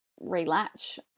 relatch